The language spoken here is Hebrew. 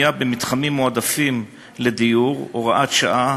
נציין את החוק לקידום בנייה במתחמים מועדפים לדיור (הוראת שעה),